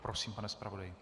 Prosím, pane zpravodaji.